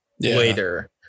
later